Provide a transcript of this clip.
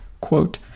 quote